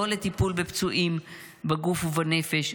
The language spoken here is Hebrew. לא לטיפול בפצועים בגוף ובנפש,